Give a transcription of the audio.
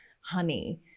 honey